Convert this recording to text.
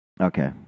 Okay